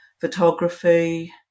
photography